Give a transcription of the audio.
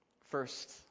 First